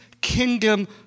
kingdom